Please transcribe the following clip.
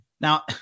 Now